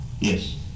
Yes